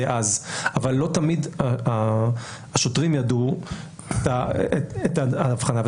אבל לא תמיד השוטרים ידעו את ההבחנה.